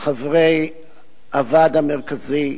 חברי הוועד המרכזי,